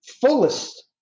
fullest